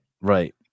Right